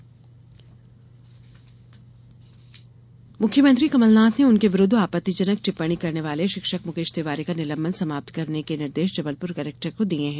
कमलनाथ शिक्षक मुख्यमंत्री कमलनाथ ने उनके विरुद्ध आपत्तिजनक टिप्पणी करने वाले शिक्षक मुकेश तिवारी का निलंबन समाप्त करने के निर्देश जबलपुर कलेक्टर को दिये हैं